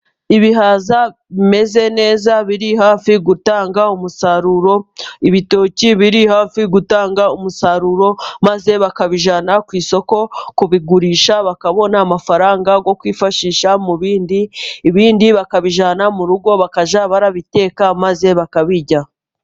Ibihaza bimeze neza biri hafi gutanga umusaruro, ibitoki biri hafi gutanga umusaruro maze bakabijyana ku isoko kubigurisha, bakabona amafaranga yo kwifashisha mu bindi, ibindi bakabijyana mu rugo bakajya babiteka maze bakabirya.